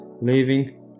leaving